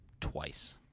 twice